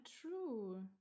true